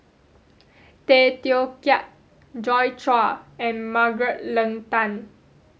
Tay Teow Kiat Joi Chua and Margaret Leng Tan